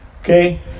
okay